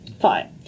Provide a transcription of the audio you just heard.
Fine